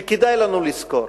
שכדאי לנו לזכור,